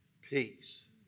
peace